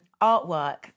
artwork